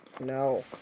no